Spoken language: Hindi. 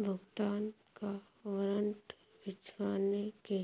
भुगतान का वारंट भिजवाने के